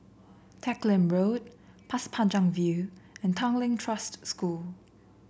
Teck Lim Road Pasir Panjang View and Tanglin Trust School